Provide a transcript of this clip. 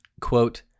quote